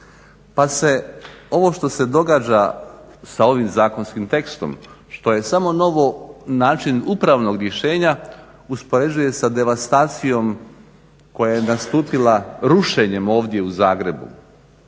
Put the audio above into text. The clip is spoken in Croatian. pa se ovo što se događa sa ovim zakonskim tekstom što je samo novo način upravnog rješenja uspoređuje sa devastacijom koja je nastupila rušenjem ovdje u Zagrebu.